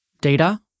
data